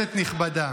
כנסת נכבדה,